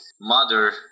mother